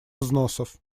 взносов